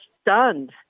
stunned